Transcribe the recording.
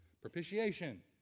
Propitiation